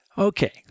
Okay